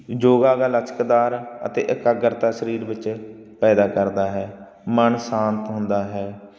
ਯੋਗਾ ਦਾ ਲਚਕਦਾਰ ਅਤੇ ਇਕਾਗਰਤਾ ਸਰੀਰ ਵਿੱਚ ਪੈਦਾ ਕਰਦਾ ਹੈ ਮਨ ਸ਼ਾਂਤ ਹੁੰਦਾ ਹੈ